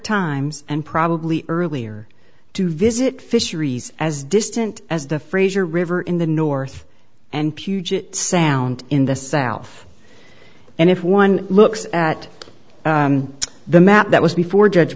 times and probably earlier to visit fisheries as distant as the fraser river in the north and puget sound in the south and if one looks at the map that was before judge